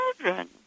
children